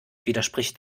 widerspricht